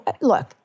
Look